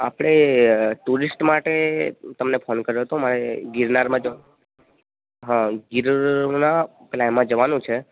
આપણે ટુરિસ્ટ માટે તમને ફોન કર્યો તો મારે ગિરનારમાં જવાનું હા ગીરના પેલા એમાં જવાનું છે